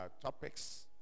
topics